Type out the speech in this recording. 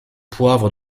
poivre